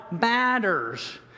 matters